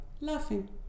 laughing